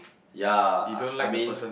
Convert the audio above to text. ya I mean